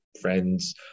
friends